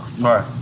right